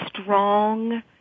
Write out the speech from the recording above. strong